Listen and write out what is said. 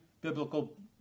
Biblical